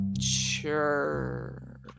Sure